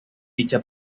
dicha